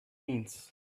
means